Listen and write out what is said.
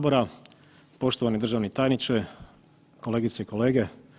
Poštovani državni tajniče, kolegice i kolege.